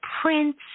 Prince